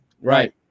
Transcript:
Right